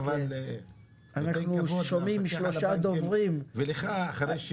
עכשיו אנחנו בתוך תהליך של נהלי בנק תקין, אחר כך